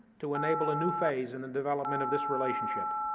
to enable a new phase in the development of this relationship,